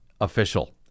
official